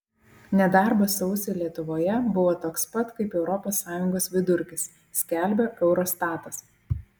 nedarbas sausį lietuvoje buvo toks pat kaip europos sąjungos vidurkis skelbia eurostatas